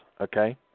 okay